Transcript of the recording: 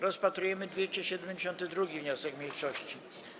Rozpatrujemy 272. wniosek mniejszości.